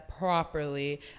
Properly